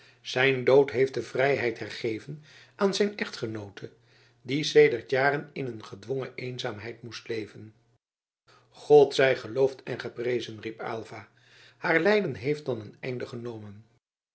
zijn dood heeft de vrijheid hergeven aan zijn echtgenoote die sedert jaren in een gedwongen eenzaamheid moest leven god zij geloofd en geprezen riep aylva haar lijden heeft dan een einde genomen